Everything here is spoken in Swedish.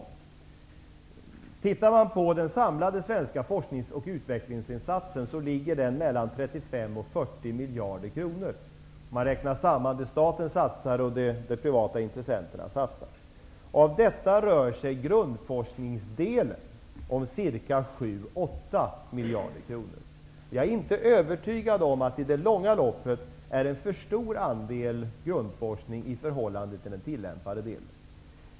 Om vi tittar på den samlade svenska forskningsoch utvecklingsinsatsen ligger den på 35--40 miljarder kronor om vi räknar samman det som staten satsar och det som privata intressenter satsar. Grundforskningsdelen av detta rör sig om ca 7--8 Jag är inte övertygad om att det är en för stor andel grundforskning i förhållande till den tillämpade delen i det långa loppet.